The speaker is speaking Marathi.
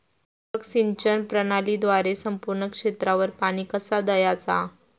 ठिबक सिंचन प्रणालीद्वारे संपूर्ण क्षेत्रावर पाणी कसा दयाचा?